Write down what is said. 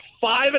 five